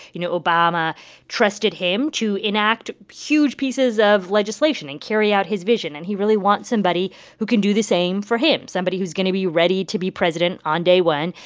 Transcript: you know, obama trusted him to enact huge pieces of legislation and carry out his vision, and he really wants somebody who can do the same for him somebody who's going to be ready to be president on day one.